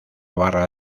barra